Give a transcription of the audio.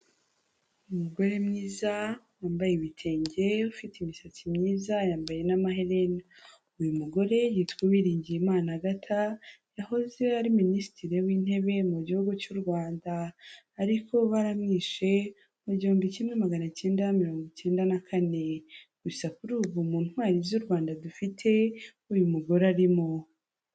Umugore mwiza, wambaye ibitenge, ufite imisatsi myiza, yambaye n'amaherena. Uyu mugore yitwa Uwiringiyimana Agatha, yahoze ari minisitiri w'intebe mu gihugu cy'u Rwanda, ariko baramwishe mu gihumbi kimwe magana icyenda mirongo icyenda na kane. Gusa kuri ubu mu ntwari z'u Rwanda dufite, uyu mugore arimo.